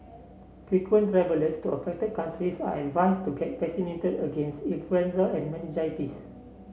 frequent travellers to affected countries are advised to get vaccinated against influenza and meningitis